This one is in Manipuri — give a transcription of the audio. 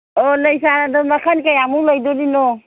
ꯍꯣ ꯂꯩ ꯆꯥꯔꯗꯣ ꯃꯈꯟ ꯀꯌꯥꯃꯨꯛ ꯂꯩꯗꯣꯔꯤꯅꯣ